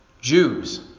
Jews